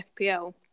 fpl